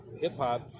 hip-hop